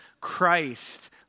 Christ